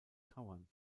tauern